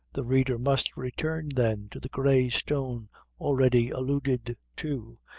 the reader must return, then, to the grey stone already alluded to,